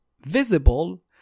visible